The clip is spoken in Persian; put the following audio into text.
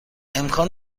امکان